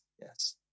Yes